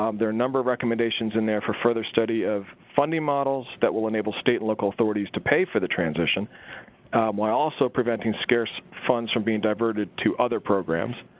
um there are number of recommendations in there for further study of funding models that will enable state local authorities to pay for the transition while also preventing scarce funds from being diverted to other programs.